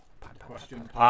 Question